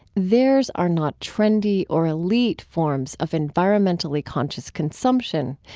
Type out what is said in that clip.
theirs are not trendy or elite forms of environmentally conscious consumption.